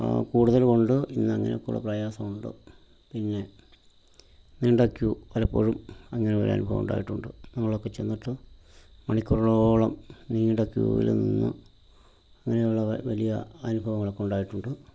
കൂടുതൽ കൊണ്ട് ഇന്ന് അങ്ങനെ ഒക്കെ ഉള്ള പ്രയാസം ഉണ്ട് പിന്നെ നീണ്ട ക്യൂ പലപ്പോഴും അങ്ങനെ ഒരു അനുഭവം ഉണ്ടായിട്ടുണ്ട് ഞങ്ങളൊക്കെ ചെന്നിട്ട് മണിക്കൂറുകളോളം നീണ്ട ക്യൂവിൽ നിന്ന് ഇങ്ങനെയുള്ള ഓരോ വലിയ അനുഭവങ്ങളൊക്കെ ഉണ്ടായിട്ടുണ്ട്